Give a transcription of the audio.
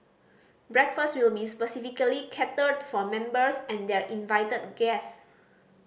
breakfast will be specially catered for members and their invited guest